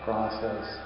Process